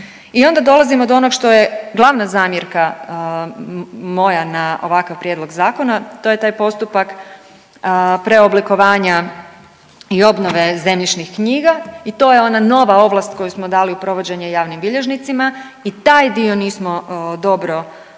I onda dolazimo do onog što je glavna zamjerka moja na ovakav prijedlog zakona, to je taj postupak preoblikovanja i obnove zemljišnih knjiga i to je ona nova ovlast koju smo dali u provođenje javnim bilježnicima i taj dio nismo dobro posložili